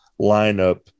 lineup